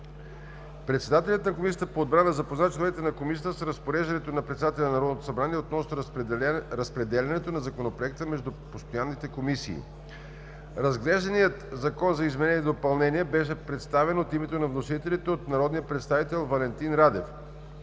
Председателят на Комисията по отбрана запозна членовете на Комисията с разпореждането на председателя на Народното събрание относно разпределянето на Законопроекта между постоянните комисии. Разглежданият закон за изменение и допълнение беше представен от името на вносителите от народния представител Валентин Радев.